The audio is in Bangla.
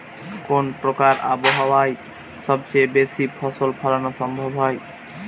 কোন প্রকার আবহাওয়ায় সবচেয়ে বেশি ফসল ফলানো সম্ভব হয়?